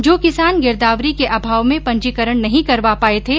जो किसान गिरदावरी के अभाव में पंजीकरण नहीं करवा पाये थे